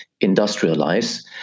industrialize